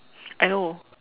I know